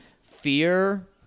Fear